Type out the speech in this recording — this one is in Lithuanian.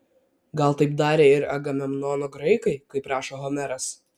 gal taip darė ir agamemnono graikai kaip rašo homeras